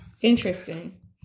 Interesting